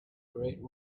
great